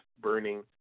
burning